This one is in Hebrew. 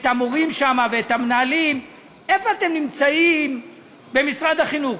את המורים שם ואת המנהלים: איפה אתם נמצאים במשרד החינוך?